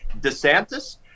DeSantis